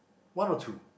one or two